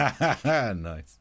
Nice